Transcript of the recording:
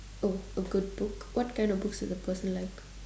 oh a good book what kind of books do the person like